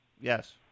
Yes